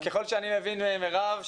ככל שאני מבין ממירב,